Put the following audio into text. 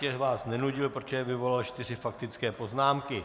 Určitě vás nenudil, protože vyvolal čtyři faktické poznámky.